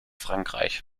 frankreich